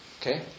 Okay